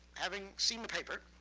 having seen the paper,